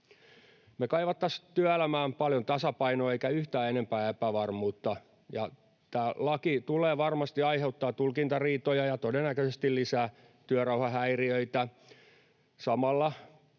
Me kaivattaisiin työelämään paljon tasapainoa eikä yhtään enempää epävarmuutta, ja tämä laki tulee varmasti aiheuttamaan tulkintariitoja ja todennäköisesti lisää työrauhahäiriöitä